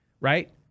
right